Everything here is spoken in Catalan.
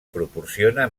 proporciona